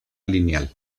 lineal